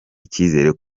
icyizere